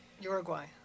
Uruguay